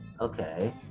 okay